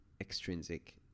extrinsic